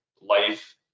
life